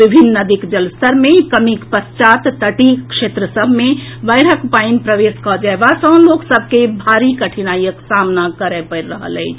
विभिन्न नदीक जलस्तर मे कमीक पश्चात् तटीय क्षेत्र सभ मे बाढ़िक पानि प्रवेश कऽ जएबा सॅ लोक सभ के भारी कठिनाईक सामना करए पड़ि रहल अछि